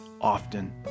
often